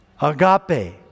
Agape